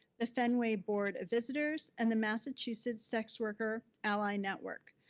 the fenway board of visitors, and the massachusetts sex worker allied network.